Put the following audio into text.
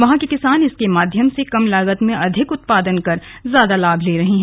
वहां के किसान इसके माध्यम से कम लागत में अधिक उत्पादन कर ज्यादा लाभ ले रहे हैं